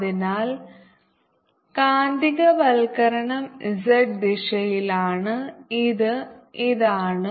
അതിനാൽ കാന്തികവൽക്കരണം z ദിശയിലാണ് ഇത് ഇതാണ്